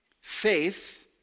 Faith